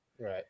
Right